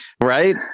Right